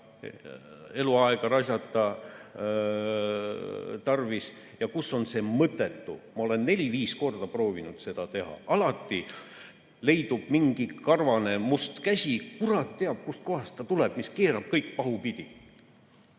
eluaega raisata ja kus on see mõttetu. Ma olen neli-viis korda proovinud seda teha, alati leidub mingi karvane must käsi, kurat teab, kust kohast ta tuleb, mis keerab kõik pahupidi.